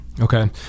Okay